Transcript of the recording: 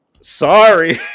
sorry